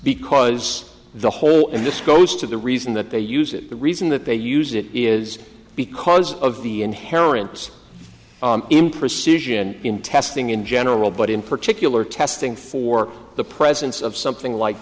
because the whole in this goes to the reason that they use it the reason that they use it is because of the inherent imprecision in testing in general but in particular testing for the presence of something like